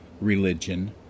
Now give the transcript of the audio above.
Religion